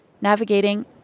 navigating